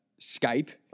Skype